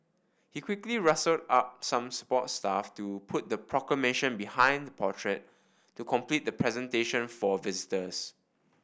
he quickly rustled up some support staff to put the Proclamation behind the portrait to complete the presentation for visitors